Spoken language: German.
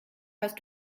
hast